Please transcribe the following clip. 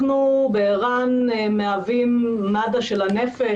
אנחנו בער"ן מהווים מד"א של הנפש,